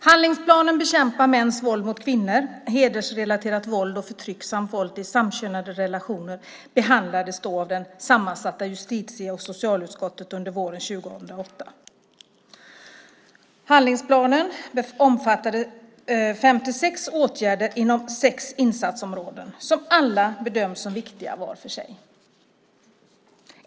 Handlingsplanen för att bekämpa mäns våld mot kvinnor, hedersrelaterat våld och förtryck samt våld i samkönade relationer behandlades av det sammansatta justitie och socialutskottet våren 2008. Handlingsplanen omfattar 56 åtgärder inom sex insatsområden som alla var för sig bedöms som viktiga.